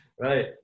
Right